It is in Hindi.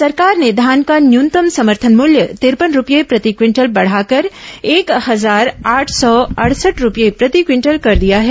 सरकार ने धान का न्यनतम समर्थन मूल्य तिरपन रुपये प्रति क्विंटल बढ़ाकर एक हजार आठ सौ अड़सठ रुपये प्रति क्विंटल कर दिया है